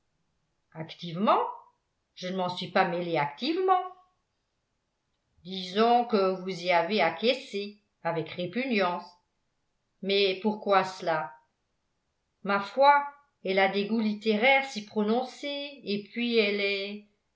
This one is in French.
activement je ne m'en suis pas mêlée activement disons que vous y avez acquiescé avec répugnance mais pourquoi cela ma foi elle a des goûts littéraires si prononcés et puis elle est